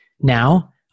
Now